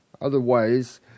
otherwise